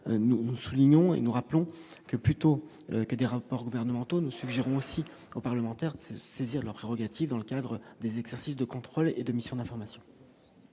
nous soulignons et nous rappelons que plutôt que des rapports gouvernementaux, nous suggérons ainsi qu'aux parlementaires de se saisir leur Gatti dans le cadre des exercices de contrôle et de mission d'information.